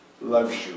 luxury